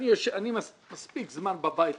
אני מספיק זמן בבית הזה,